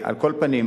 על כל פנים,